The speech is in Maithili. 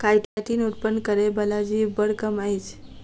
काइटीन उत्पन्न करय बला जीव बड़ कम अछि